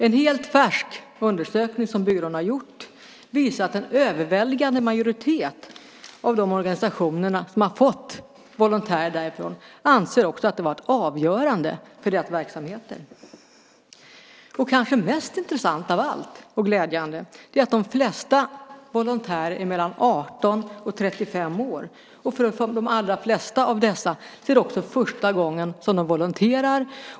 En helt färsk undersökning som byrån har gjort visar att en överväldigande majoritet av de organisationer som har fått volontärer därifrån anser att det varit avgörande för deras verksamheter. Kanske mest intressant av allt och glädjande är att de flesta volontärer är mellan 18 och 35 år, och för de allra flesta av dessa är det första gången som de volonterar.